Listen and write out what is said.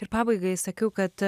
ir pabaigai sakiau kad